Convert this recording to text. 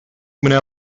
менә